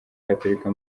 gatolika